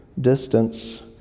distance